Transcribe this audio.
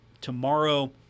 tomorrow